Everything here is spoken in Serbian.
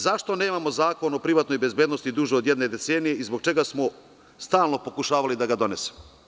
Zašto nemamo zakon o privatnoj bezbednosti duže od jedne decenije, i zbog čega smo stalno pokušavali da ga donesemo?